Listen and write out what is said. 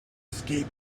escape